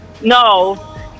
No